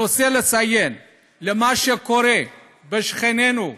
אני רוצה לציין את מה שקורה לשכנינו בסוריה,